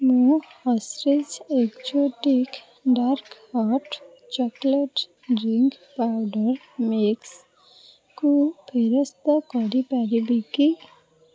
ମୁଁ Hershey's exotic dark hot chocolate drink powder ମିକ୍ସ୍କୁ ଫେରସ୍ତ କରିପାରିବି କି